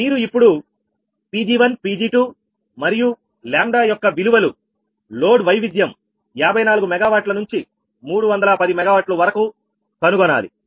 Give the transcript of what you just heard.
మీరు ఇప్పుడు Pg1 Pg2 మరియు λ యొక్క విలువలు లోడ్ వైవిద్యం 54 MW నుంచి 310 MW వరకు కనుగొనాలి